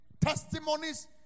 testimonies